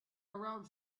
around